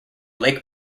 lake